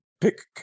pick